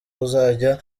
uzajya